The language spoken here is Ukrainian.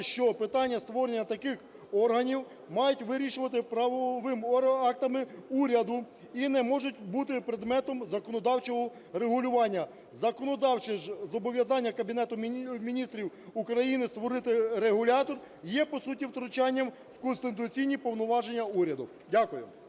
що питання створення таких органів мають вирішувати правовими актами уряду і не можуть бути предметом законодавчого регулювання. Законодавче зобов'язання Кабінету Міністрів України створити регулятор є, по суті, втручанням в конституційні повноваження уряду. Дякую.